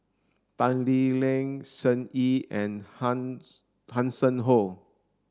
Tan Lee Leng Shen Xi and Hanson Ho